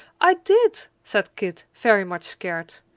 i did, said kit, very much scared.